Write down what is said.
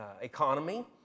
economy